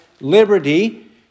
liberty